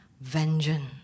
vengeance